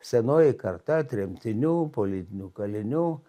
senoji karta tremtinių politinių kalinių